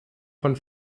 von